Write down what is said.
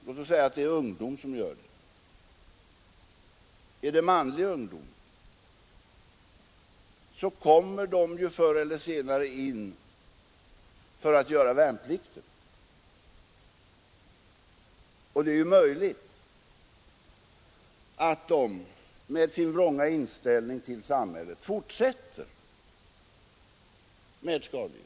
Låt oss säga att detta är ungdomar som utför detta. Är det manliga ungdomar kommer de förr eller senare in för att göra värnplikten, och det är ju möjligt att de med sin vrånga inställning till samhället fortsätter med skadegörelse.